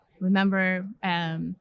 remember